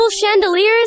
chandeliers